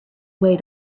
way